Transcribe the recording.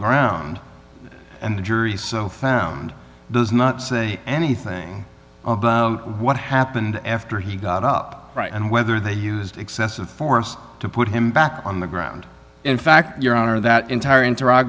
ground and the jury so found does not say anything about what happened after he got up and whether they used excessive force to put him back on the ground in fact your honor that entire interact